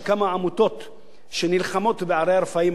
שנלחמות בערי הרפאים האלה, בדירות הרפאים בארץ?